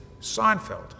Seinfeld